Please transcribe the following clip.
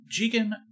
Jigen